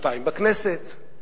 שנתיים בכנסת,